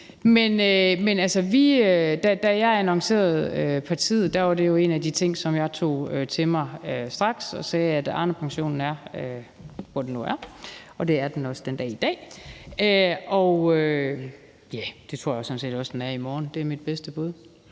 Da jeg annoncerede partiet, var det jo en af de ting, som jeg straks tog til mig. Jeg sagde, at Arnepensionen er, hvor den nu er, og det er den også den dag i dag. Og ja, det tror jeg sådan set også den er i morgen. Det er mit bedste bud.